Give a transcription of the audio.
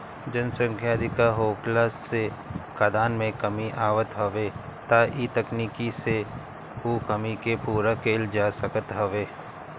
जनसंख्या अधिका होखला से खाद्यान में कमी आवत हवे त इ तकनीकी से उ कमी के पूरा कईल जा सकत हवे